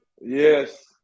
Yes